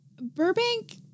Burbank